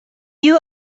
you